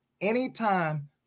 anytime